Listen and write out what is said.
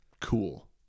cool